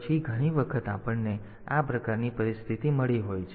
તેથી ઘણી વખત આપણને આ પ્રકારની પરિસ્થિતિ મળી હોય છે